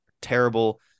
terrible